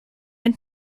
den